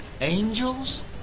angels